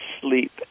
sleep